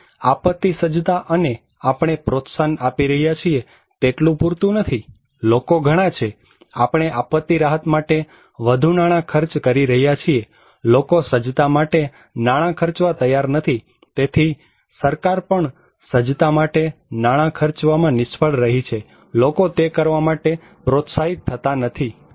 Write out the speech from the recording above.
તેથી આપત્તિ સજ્જતા અને આપણે પ્રોત્સાહન આપી રહ્યા છીએ તેટલું પૂરતું નથી લોકો ઘણા છે આપણે આપત્તિ રાહત માટે વધુ નાણાં ખર્ચ કરી રહ્યા છીએ લોકો સજ્જતા માટે નાણાં ખર્ચવા તૈયાર નથી તેથી સરકાર પણ સજ્જતા માટે નાણાં ખર્ચવામાં નિષ્ફળ રહી છે લોકો તે કરવા માટે પ્રોત્સાહિત થતા નથી